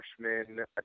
freshman